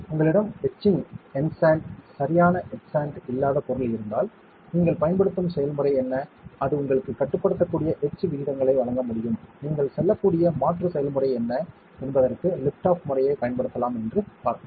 உங்களிடம் etching etchant சரியான etchant இல்லாத பொருள் இருந்தால் நீங்கள் பயன்படுத்தும் செயல்முறை என்ன அது உங்களுக்கு கட்டுப்படுத்தக்கூடிய எட்ச் விகிதங்களை வழங்க முடியும் நீங்கள் செல்லக்கூடிய மாற்று செயல்முறை என்ன என்பதற்கு லிஃப்ட் ஆஃப் முறையை பயன்படுத்தலாம் என்று பார்த்தோம்